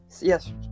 yes